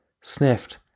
sniffed